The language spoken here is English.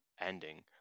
ending